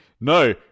No